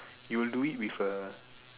you will do it with a